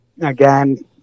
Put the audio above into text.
again